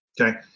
okay